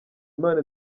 imana